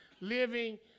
living